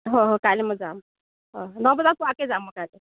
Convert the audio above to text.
অ অ কাইলৈ মই যাম ন বজাত পোৱাকৈ যাম মই কাইলৈ